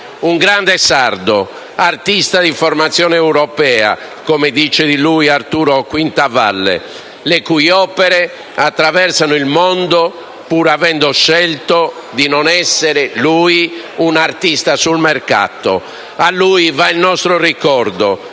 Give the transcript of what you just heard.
Un grande sardo, artista di formazione europea, come dice di lui Arturo Quintavalle, le cui opere attraversano il mondo pur avendo scelto lui di non essere un artista sul mercato. A lui va il nostro ricordo,